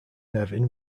nevin